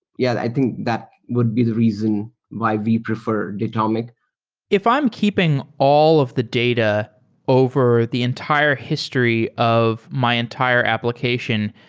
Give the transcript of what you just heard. yeah, i think that would be the reason why we prefer datomic if i'm keeping all of the data over the entire history of my entire application,